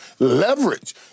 Leverage